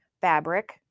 fabric